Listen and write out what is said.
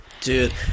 Dude